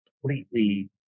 completely